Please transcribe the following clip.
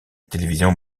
télévision